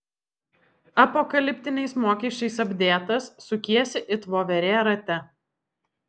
apokaliptiniais mokesčiais apdėtas sukiesi it voverė rate